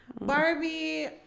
Barbie